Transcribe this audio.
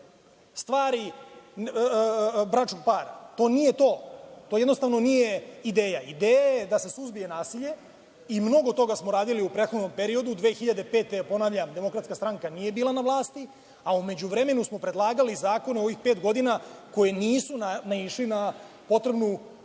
stvari bračnog para. To nije to. To jednostavno nije ideja. Ideja je da se suzbije nasilje i mnogo toga smo radili u prethodnom periodu. Godine 2005, ponavljam, DS nije bila na vlasti, a u međuvremenu smo predlagali zakone u ovih pet godina koji nisu naišli na potrebnu